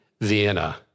Vienna